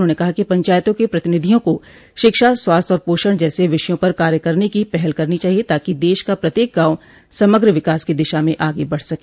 उन्होंने कहा कि पंचायतों के प्रतिनिधियों को शिक्षा स्वास्थ्य और पोषण जैसे विषयों पर कार्य करने की पहल करनी चाहिए ताकि देश का प्रत्येक गांव समग्र विकास की दिशा में आगे बढ़ सके